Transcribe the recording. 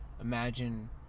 imagine